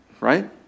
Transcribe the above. Right